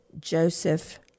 Joseph